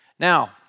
Now